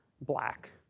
black